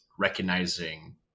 recognizing